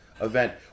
event